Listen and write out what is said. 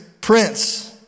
prince